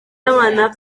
demanar